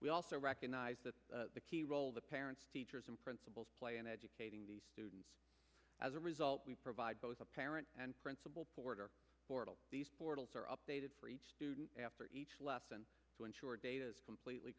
we also recognize that the key role that parents teachers and principals play in educating the students as a result we provide both a parent and principal porter are updated for each student after each lesson to ensure data is completely